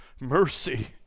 Mercy